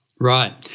right,